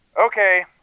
Okay